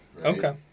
Okay